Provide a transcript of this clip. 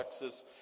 Texas